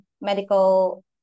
medical